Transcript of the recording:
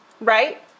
right